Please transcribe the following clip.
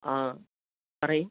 ആ പറയുക